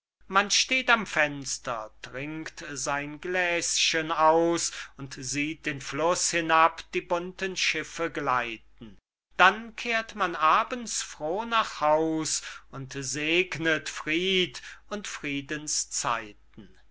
man steht am fenster trinkt sein gläschen aus und sieht den fluß hinab die bunten schiffe gleiten dann kehrt man abends froh nach haus und segnet fried und friedenszeiten